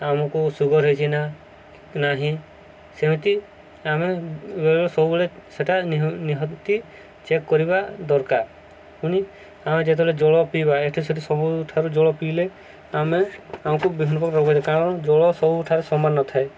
ଆମକୁ ସୁଗାର ହୋଇଛି ନା ନାହିଁ ସେମିତି ଆମେ ବେଳେବେଳେ ସବୁବେଳେ ସେଟା ନିହାତି ଚେକ୍ କରିବା ଦରକାର ପୁଣିି ଆମେ ଯେତେବେଳେ ଜଳ ପିଇବା ଏଠି ସେଠି ସବୁଠାରୁ ଜଳ ପିଇଲେ ଆମେ ଆମକୁ ବିଭିନ୍ନ ପ୍ରକାର ରୋଗ ହୋଇଥାଏ କାରଣ ଜଳ ସବୁଠାରେ ସମାନ ନଥାଏ